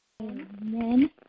Amen